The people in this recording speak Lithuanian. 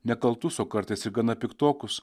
nekaltus o kartais ir gana piktokus